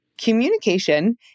Communication